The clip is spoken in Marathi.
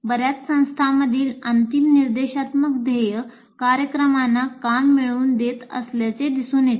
बर्याच संस्थांमधील अंतिम निर्देशात्मक ध्येय कार्यक्रमांना काम मिळवून देत असल्याचे दिसून येते